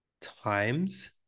times